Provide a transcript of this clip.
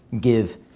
give